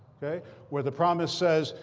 where the promise says,